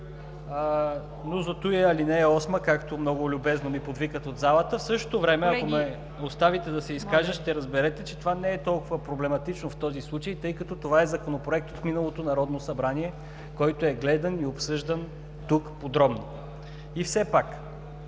И ал. 8, както много любезно ми подвикват от залата. В същото време, ако ме оставите да се изкажа, ще разберете, че това не е толкова проблематично в този случай, тъй като това е Законопроект от миналото Народно събрание, който е гледан и обсъждан тук подробно.